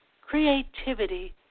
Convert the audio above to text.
creativity